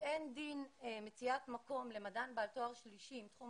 אין דין מציאת מקום למדען בעל תואר שלישי מתחום